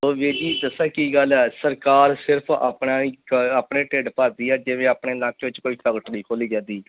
ਹੋਰ ਵੀਰ ਜੀ ਦੱਸਾਂ ਕੀ ਗੱਲ ਆ ਸਰਕਾਰ ਸਿਰਫ ਆਪਣਾ ਹੀ ਇੱਕ ਆਪਣੇ ਢਿੱਡ ਭਰਦੀ ਆ ਜਿਵੇਂ ਆਪਣੇ ਇਲਾਕੇ ਵਿੱਚ ਕੋਈ ਨਹੀਂ ਖੋਲ੍ਹੀ ਜਾਂਦੀ